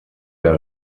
der